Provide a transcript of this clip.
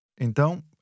Então